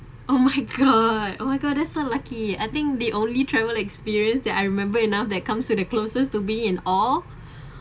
oh my god oh my god that's so lucky I think the only travel experience that I remember enough that comes to the closest to me in all